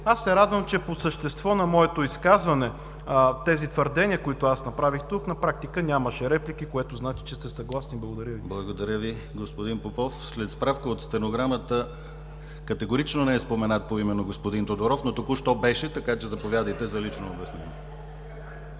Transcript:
Аз се радвам, че по същество на моето изказване тези твърдения, които направих тук, на практика нямаше реплики, което значи, че сте съгласни. Благодаря Ви. ПРЕДСЕДАТЕЛ ДИМИТЪР ГЛАВЧЕВ: Благодаря Ви, господин Попов. След справка от стенограмата категорично не е споменат поименно господин Тодоров, но току-що беше, така че заповядайте за лично обяснение.